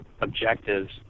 objectives